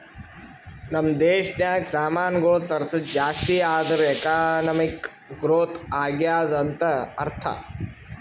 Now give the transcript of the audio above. ನಮ್ ದೇಶನಾಗ್ ಸಾಮಾನ್ಗೊಳ್ ತರ್ಸದ್ ಜಾಸ್ತಿ ಆದೂರ್ ಎಕಾನಮಿಕ್ ಗ್ರೋಥ್ ಆಗ್ಯಾದ್ ಅಂತ್ ಅರ್ಥಾ